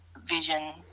vision